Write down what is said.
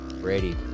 Brady